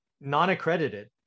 non-accredited